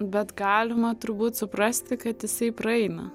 bet galima turbūt suprasti kad jisai praeina